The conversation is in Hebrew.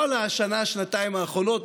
כל השנה-שנתיים האחרונות,